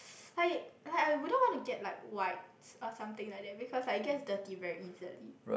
like like I wouldn't want to get like whites or something like that because like it gets dirty very easily